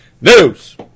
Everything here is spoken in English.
news